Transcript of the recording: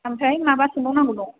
ओमफ्राय माबा सोंबावनांगौ दं